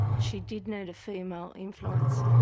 she did need a female influence.